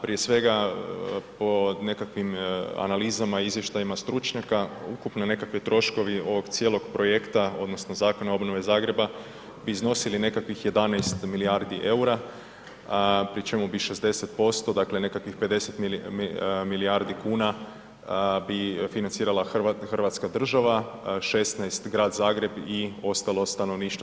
Prije svega po nekakvim analizama i izvještajima stručnjaka ukupni nekakvi troškovi ovog cijelog projekta odnosno Zakona o obnovi Zagreba bi iznosili nekakvih 11 milijardi eura pri čemu bi 60% dakle nekakvih 50 milijardi kuna bi financirala hrvatska država, 16 Grad Zagreb i ostalo stanovništvo.